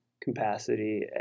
capacity